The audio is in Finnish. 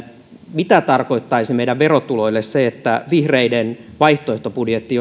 mitä tarkoittaisi meidän verotuloillemme se että jos vihreiden vaihtoehtobudjetti